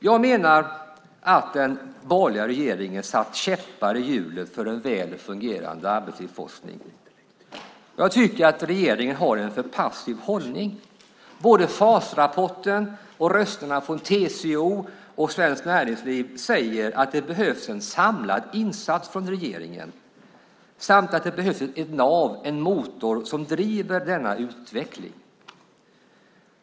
Jag menar att den borgerliga regeringen satt käppar i hjulet för en väl fungerande arbetslivsforskning. Jag tycker att regeringen har en för passiv hållning. Både FAS-rapporten och rösterna från TCO och Svenskt Näringsliv säger att det behövs en samlad insats från regeringen samt att det behövs ett nav, en motor, som driver denna utveckling.